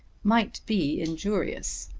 might be injurious.